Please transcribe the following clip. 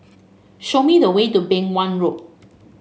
show me the way to Beng Wan Road